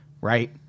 right